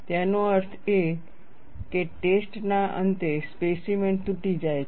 તેનો અર્થ એ કે ટેસ્ટ ના અંતે સ્પેસીમેન તૂટી જાય છે